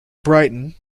brighten